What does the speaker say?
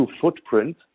footprint